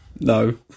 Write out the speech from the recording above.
No